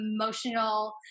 emotional